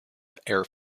air